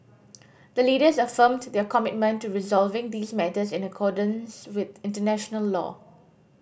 the Leaders affirmed their commitment to resolving these matters in accordance with international law